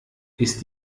ist